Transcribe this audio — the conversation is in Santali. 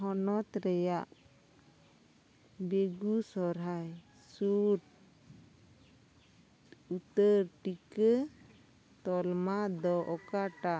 ᱦᱚᱱᱚᱛ ᱨᱮᱭᱟᱜ ᱵᱮᱜᱩᱥᱚᱨᱦᱟᱭ ᱥᱩᱨ ᱩᱛᱟᱹᱨ ᱴᱤᱠᱟᱹ ᱛᱟᱞᱢᱟ ᱫᱚ ᱚᱠᱟᱴᱟᱜ